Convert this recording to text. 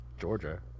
Georgia